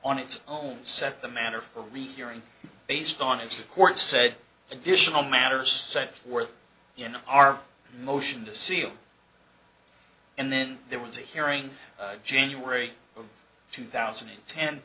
on its own set the manner for rehearing based on its record said additional matters set forth you know our motion to seal and then there was a hearing january of two thousand and ten